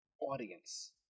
audience